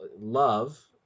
love